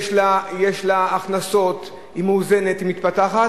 יש לה הכנסות, היא מאוזנת, היא מתפתחת.